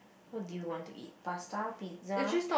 what do you want to eat pasta pizza